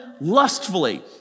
lustfully